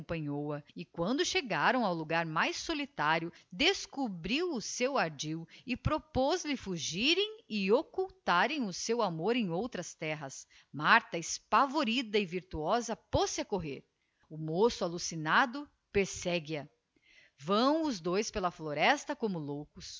acompanhou-a e quando chegaram ao logar mais solitário descobriu o seu ardil e propoz lhe fugirem e occultarem o seu amor em outras terras jmartha espavorida e virtuosa põe-se a correr o moço allucinado persegue a vão os dois pela floresta como loucos